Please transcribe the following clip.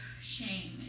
shame